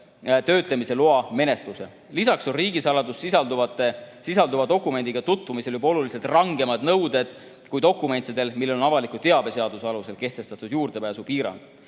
töötlemise loa menetluse. Lisaks on riigisaladust sisaldava dokumendiga tutvumisel juba oluliselt rangemad nõuded kui dokumentidel, millel on avaliku teabe seaduse alusel kehtestatud juurdepääsupiirang.